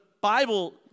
Bible